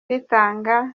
ritanga